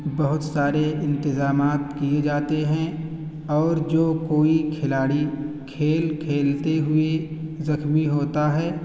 بہت سارے انتظامات کیے جاتے ہیں اور جو کوئی کھلاڑی کھیل کھیلتے ہوئے زخمی ہوتا ہے